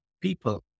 people